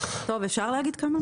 אפשר לומר כמה מילים?